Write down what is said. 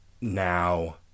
now